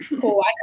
cool